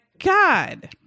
God